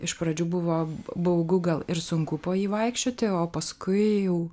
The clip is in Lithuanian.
iš pradžių buvo baugu gal ir sunku po jį vaikščioti o paskui jau